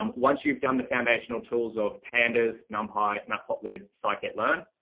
um once you've done the foundational tools of pandas, numpy, matlab cycle getline